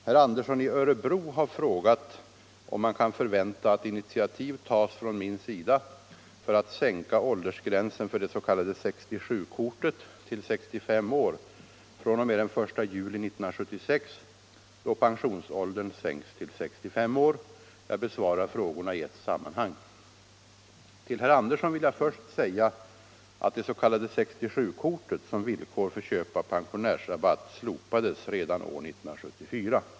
Herr Andersson i Örebro har frågat om man kan förvänta att initiativ tas från min sida för att sänka åldersgränsen för det s.k. 67-kortet till 65 år fr.o.m. den 1 juli 1976 då pensionsåldern sänks till 65 år. Jag besvarar frågorna i ett sammanhang. Till herr Andersson vill jag först säga att det s.k. 67-kortet som villkor för köp av pensionärsbiljett slopades redan år 1974.